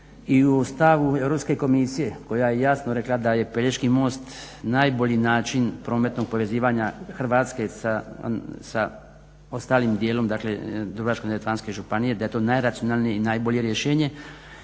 i u stavu Europske komisije koja je jasno rekla da je Pelješki most najbolji način prometnog povezivanja Hrvatske sa ostalim dijelom Dubrovačko-neretvanske županije, da je to najracionalnije i najbolje rješenje